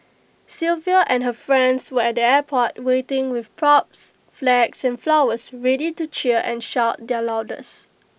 Sylvia and her friends were at the airport waiting with props flags and flowers ready to cheer and shout their loudest